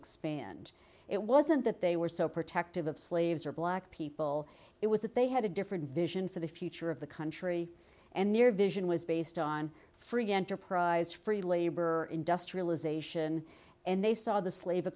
expand it wasn't that they were so protective of slaves or black people it was that they had a different vision for the future of the country and their vision was based on free enterprise free labor industrialization and they saw th